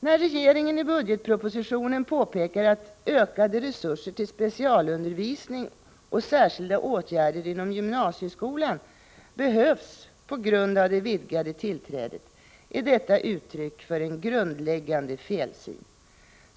När regeringen i budgetpropositionen påpekar att ökade resurser till specialundervisning och särskilda åtgärder inom gymnasieskolan behövs på grund av det vidgade tillträdet, är detta uttryck för en grundläggande felsyn.